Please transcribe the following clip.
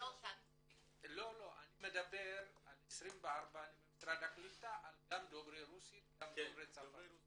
אני מדבר על 24 ממשרד הקליטה גם לדוברי רוסית וגם לדוברי צרפתית.